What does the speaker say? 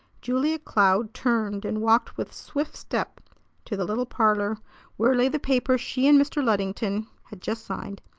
julia cloud turned and walked with swift step to the little parlor where lay the paper she and mr. luddington had just signed,